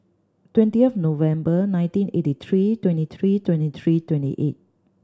twenty of November nineteen eighty three twenty three twenty three twenty eight